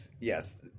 yes